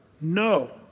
No